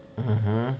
mmhmm